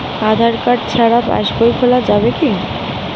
আধার card ছাড়া পাশবই খোলা যাবে কি?